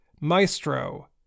Maestro